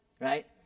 Right